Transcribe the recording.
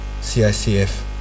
CICF